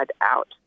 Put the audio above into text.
out